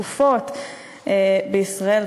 שקופות בישראל,